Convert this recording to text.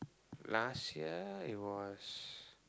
last year it was